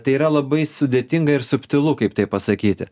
tai yra labai sudėtinga ir subtilu kaip tai pasakyti